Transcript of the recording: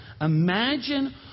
Imagine